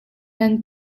nan